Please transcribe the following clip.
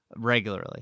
Regularly